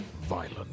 violent